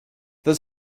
there